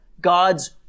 God's